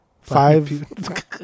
Five